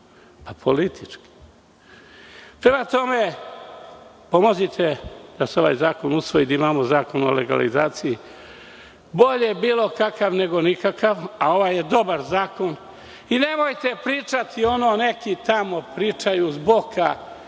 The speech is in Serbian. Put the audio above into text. Pa, politički. Prema tome, pomozite da se ovaj zakon usvoji, da imamo zakon o legalizaciji. Bolje bilo kakav nego nikakav, a ovaj je dobar zakon. Nemojte pričati ono - neki tamo pričaju s boka,